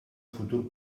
futur